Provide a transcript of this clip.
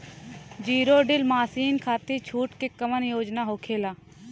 Zero till machine खाती छूट के कवन योजना होला?